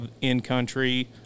in-country